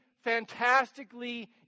fantastically